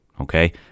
Okay